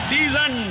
Season